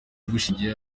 bushingiye